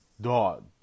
Dog